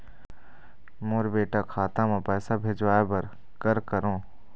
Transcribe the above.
मोर बेटा खाता मा पैसा भेजवाए बर कर करों?